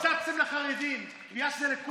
לכן קיצצתם לחרדים, בגלל שזה לכולם.